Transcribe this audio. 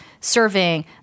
serving